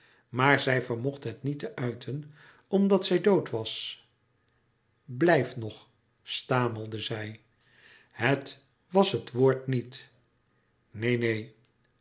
maar zij vermocht het niet te uiten omdat zij dood was blijf nog stamelde zij het was het woord niet neen neen